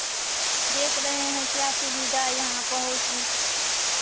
देख रहे हैं क्या सुविधा यहँ पर हो